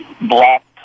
black